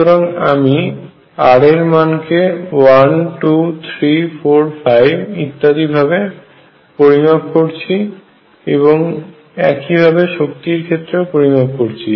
সুতরাং আমি r এর মানকে 1 2 3 4 5 ইত্যাদি ভাবে পরিমাপ করছি এবং একই ভাবে শক্তি ক্ষেত্রেও পরিমাপ করছি